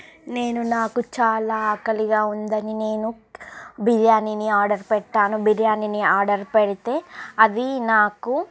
నేను నాకు చాలా ఆకలిగా ఉందని నేను బిర్యానీని ఆర్డర్ పెట్టాను బిర్యానీని ఆర్డర్ పెడితే అవి నాకు